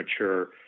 mature